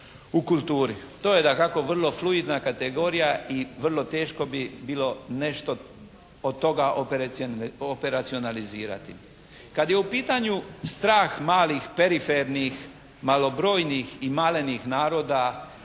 u kulturi. To je dakako vrlo fluidna kategorija i vrlo teško bi bilo nešto od toga operacionalizirati. Kada je u pitanju strah malih perifernih malobrojnih i malenih naroda